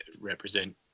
represent